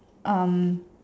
um